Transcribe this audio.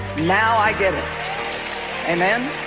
now i get it amen